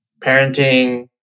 parenting